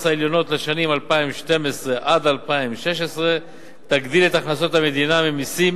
העליונות לשנים 2012 2016 תגדיל את הכנסות המדינה ממסים